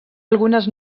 algunes